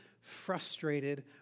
frustrated